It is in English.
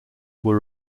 were